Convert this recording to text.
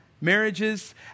Marriages